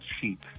cheap